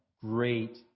great